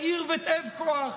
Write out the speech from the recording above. יהיר ותאב כוח.